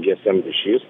gsm ryšys